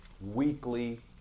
weekly